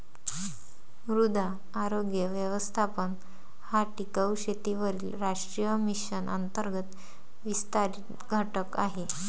मृदा आरोग्य व्यवस्थापन हा टिकाऊ शेतीवरील राष्ट्रीय मिशन अंतर्गत विस्तारित घटक आहे